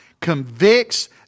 convicts